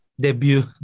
Debut